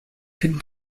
could